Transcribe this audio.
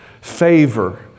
Favor